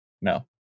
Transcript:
No